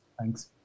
Thanks